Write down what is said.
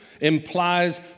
implies